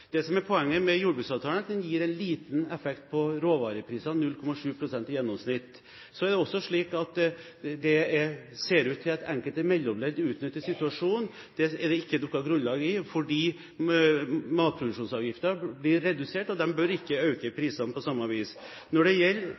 Det som er poenget med jordbruksavtalen, er at den gir en liten effekt på råvareprisene – 0,7 pst. i gjennomsnitt. Så er det også slik at det ser ut til at enkelte mellomledd utnytter situasjonen. Det er det ikke noe grunnlag for. Når matproduksjonsavgiften blir redusert, bør de ikke øke prisene på samme vis. Når det gjelder